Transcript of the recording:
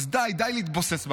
אז די, די להתבוסס בעבר,